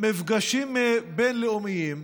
במפגשים בין-לאומיים